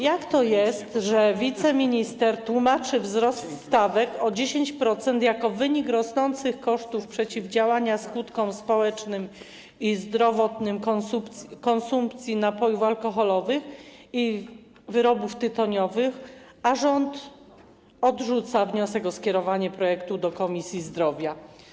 Jak to jest, że wiceminister tłumaczy wzrost stawek o 10% jako wynik rosnących kosztów przeciwdziałania skutkom społecznym i zdrowotnym konsumpcji napojów alkoholowych i wyrobów tytoniowych, a rząd odrzuca wniosek o skierowanie projektu do Komisji Zdrowia?